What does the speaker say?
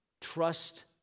trust